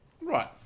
Right